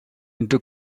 into